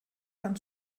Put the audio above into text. kann